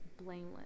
blameless